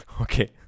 Okay